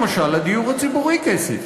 תנו למשל לדיור הציבורי כסף.